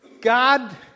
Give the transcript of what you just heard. God